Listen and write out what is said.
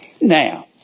Now